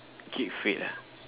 keep fit ah